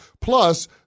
Plus